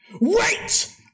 wait